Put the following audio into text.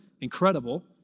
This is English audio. incredible